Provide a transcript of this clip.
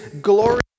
glory